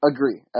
Agree